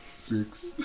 Six